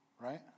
right